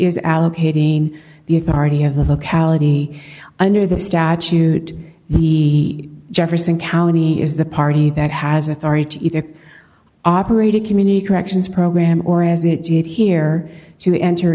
is allocating the authority of the vocality under the statute we jefferson county is the party that has authority to either operate a community corrections program or as it did here to enter